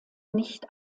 nicht